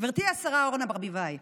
גברתי השרה אורנה ברביבאי,